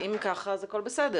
אם ככה אז הכול בסדר.